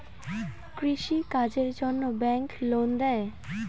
কৃষি কাজের জন্যে ব্যাংক লোন দেয়?